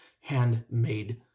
handmade